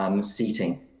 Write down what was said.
Seating